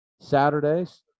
Saturdays